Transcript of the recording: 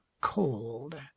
cold